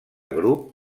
grup